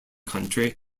country